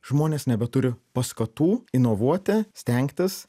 žmonės nebeturi paskatų inovuoti stengtis